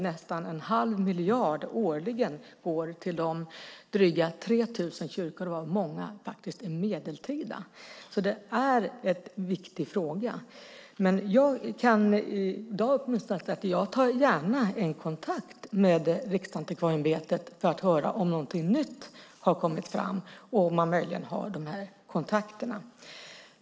Nästan en halv miljard går årligen till drygt 3 000 kyrkor, varav många faktiskt är medeltida. Det är en viktig fråga. Jag tar gärna en kontakt med Riksantikvarieämbetet för att höra om någonting nytt har kommit fram och om man möjligen har de här kontakterna.